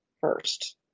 first